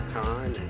time